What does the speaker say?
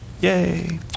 Yay